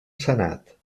senat